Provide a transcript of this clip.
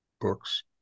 books